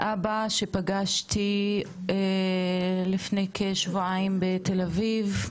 אבא שפגשתי לפני כשבועיים בתל אביב,